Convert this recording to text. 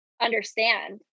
understand